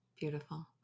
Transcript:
Beautiful